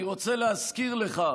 אני רוצה להזכיר לך,